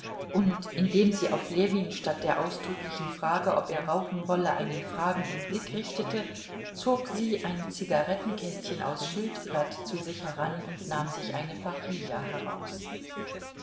und indem sie auf ljewin statt der ausdrücklichen frage ob er rauchen wolle einen fragenden blick richtete zog sie ein zigarettenkästchen aus schildpatt zu sich heran und nahm sich eine pajilla heraus